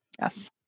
yes